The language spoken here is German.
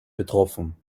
betroffen